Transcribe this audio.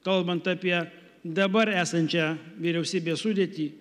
kalbant apie dabar esančią vyriausybės sudėtį